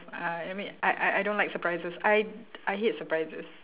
uh I mean I I I don't like surprises I I hate surprises